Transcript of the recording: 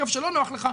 איפה שלא נוח לך,